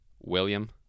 William